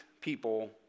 people